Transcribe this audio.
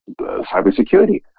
cybersecurity